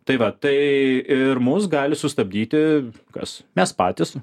tai va tai ir mus gali sustabdyti kas mes patys